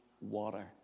water